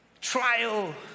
trial